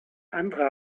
andere